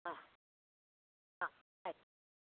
ಹಾಂ ಹಾಂ ಆಯ್ತು